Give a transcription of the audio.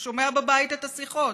הוא שומע בבית את השיחות: